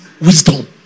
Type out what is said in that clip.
wisdom